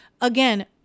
Again